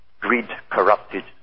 greed-corrupted